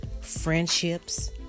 friendships